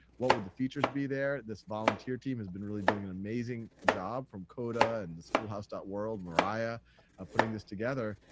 what would the features be there, this volunteer team has been really doing an amazing job from coda and the schoolhouse world, mariah are putting this together.